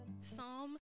Psalm